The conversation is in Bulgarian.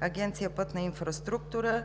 Агенция „Пътна инфраструктура“.